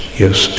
Yes